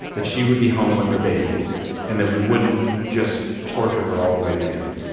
that she would be home with her baby and that we wouldn't just torture her all the way to the end.